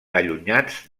allunyats